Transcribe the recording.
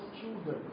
children